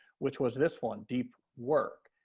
which was this one, deep work.